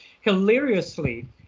hilariously